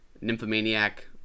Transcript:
Nymphomaniac